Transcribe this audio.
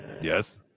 Yes